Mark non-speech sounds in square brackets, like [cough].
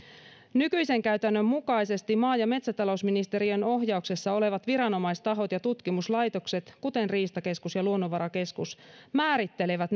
nykyisen käytännön mukaisesti maa ja metsätalousministeriön ohjauksessa olevat viranomaistahot ja tutkimuslaitokset kuten riistakeskus ja luonnonvarakeskus määrittelevät [unintelligible]